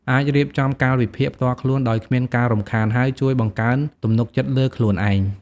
អាច រៀបចំកាលវិភាគផ្ទាល់ខ្លួន ដោយគ្មានការរំខាន ហើយជួយ បង្កើនទំនុកចិត្តលើខ្លួនឯង។